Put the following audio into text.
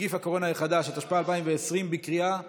נגיף הקורונה החדש), התשפ"א 2020, בקריאה שלישית.